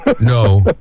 No